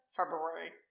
February